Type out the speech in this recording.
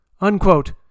Unquote